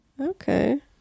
okay